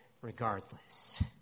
regardless